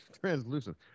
Translucent